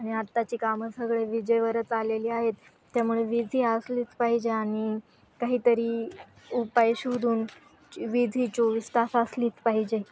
आणि आत्ताची कामं सगळे विजेवरच आलेली आहेत त्यामुळे वीज ही असलीच पाहिजे आणि काहीतरी उपाय शोधून वीज ही चोवीस तास असलीच पाहिजे